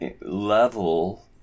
level